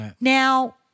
Now